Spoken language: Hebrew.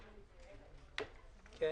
כן.